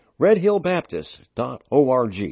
redhillbaptist.org